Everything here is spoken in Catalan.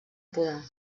podar